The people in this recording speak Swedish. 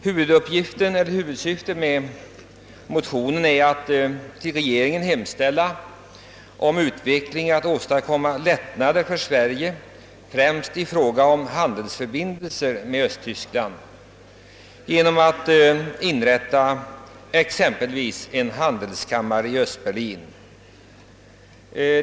Huvudsyftet med motionen är att hos regeringen hemställa att den skall försöka få till stånd en utveckling som innebär att man åstadkommer lättnader för Sverige i fråga om handelsförbindelser med Östtyskland, exempelvis genom att inrätta en handelskammare i Östberlin.